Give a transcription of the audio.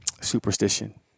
superstition